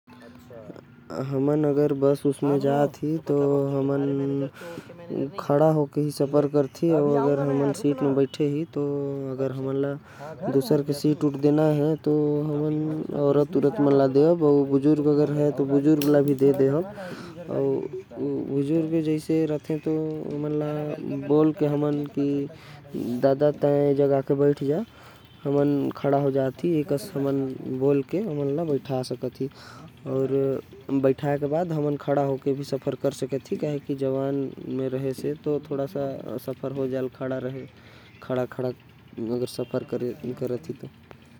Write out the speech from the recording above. हमन बस उस में जाथि तो खड़ा होके जाथि अगर बेट थी। अगर महिला अउ बुजुर्ग खड़े होथी तो अदब से बात करथी। अउ महतारी ददा कह कर उमन ला सीट दे देथी। और हमन जवान ही खड़े हो कर सफऱ यात्रा कर सकत ही।